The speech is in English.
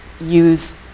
use